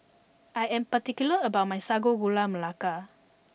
I am particular about my Sago Gula Melaka